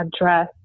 address